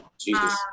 Jesus